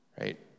right